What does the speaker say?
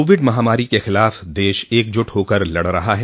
Covid महामारी के ख़िलाफ़ देश एकजुट होकर लड़ रहा है